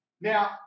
Now